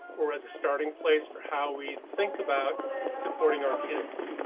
or as a starting place for how we think about supporting our kids,